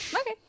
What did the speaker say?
Okay